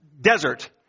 desert